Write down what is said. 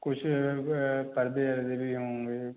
कुछ पर्दे वर्दे भी होंगे